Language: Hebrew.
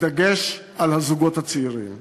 בדגש על הזוגות הצעירים.